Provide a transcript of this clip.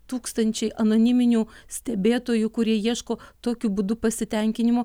tūkstančiai anoniminių stebėtojų kurie ieško tokiu būdu pasitenkinimo